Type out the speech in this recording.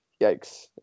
yikes